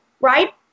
right